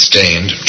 Stained